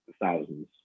thousands